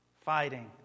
Fighting